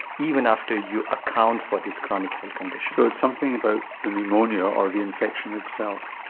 even after you account for these chronic health conditions. so it's something about the pneumonia or the infection itself.